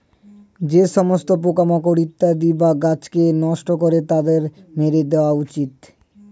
যে সমস্ত পোকামাকড় উদ্ভিদ বা গাছকে নষ্ট করে তাদেরকে মেরে দেওয়া উচিত